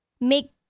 make